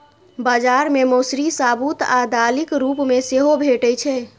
बाजार मे मौसरी साबूत आ दालिक रूप मे सेहो भैटे छै